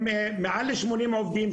שוב עם מעל ל- 80 עובדים,